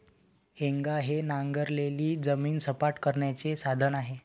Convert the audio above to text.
हेंगा हे नांगरलेली जमीन सपाट करण्याचे साधन आहे